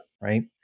right